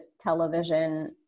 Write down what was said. television